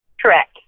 Correct